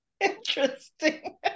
interesting